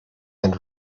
and